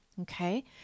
okay